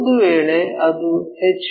ಒಂದು ವೇಳೆ ಅದು ಎಚ್